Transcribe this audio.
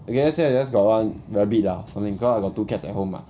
okay let's say I just got one rabbit lah or something because I got two cats at home mah